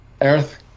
Earth